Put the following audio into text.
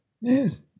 Yes